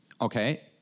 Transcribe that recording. okay